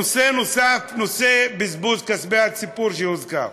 נושא נוסף, נושא בזבוז כספי הציבור, שהוזכר.